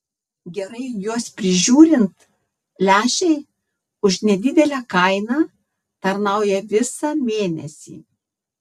gerai juos prižiūrint lęšiai už nedidelę kainą tarnauja visą mėnesį